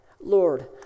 Lord